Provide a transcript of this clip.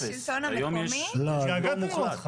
הנושא האחרון זה ההירתמות של השלטון המקומי ואיך אנחנו מצליחים,